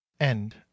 End